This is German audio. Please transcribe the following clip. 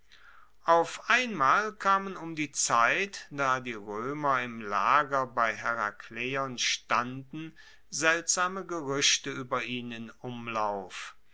auf einmal kamen um die zeit da die roemer im lager bei herakleion standen seltsame geruechte ueber ihn in umlauf